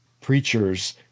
preachers